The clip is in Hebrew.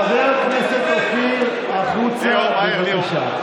חבר הכנסת אופיר, החוצה, בבקשה.